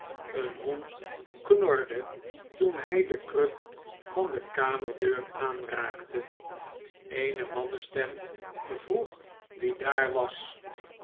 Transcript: een hond knorde toen hij de kruk van de kamerdeur aanraakte eene mannenstem vroeg wie daar was